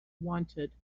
wanted